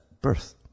birth